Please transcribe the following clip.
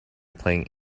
playing